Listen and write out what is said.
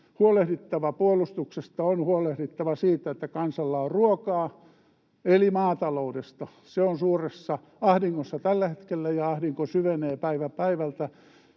huolehdittava puolustuksesta ja siitä, että kansalla on ruokaa, eli maataloudesta. Se on suuressa ahdingossa tällä hetkellä, ja ahdinko syvenee päivä päivältä: